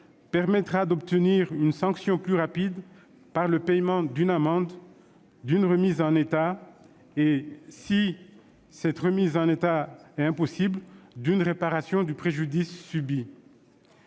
-permettra d'obtenir une sanction plus rapide par le paiement d'une amende, d'une remise en état et, si celle-ci est impossible, d'une réparation du préjudice subi.